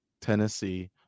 Tennessee